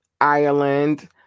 Ireland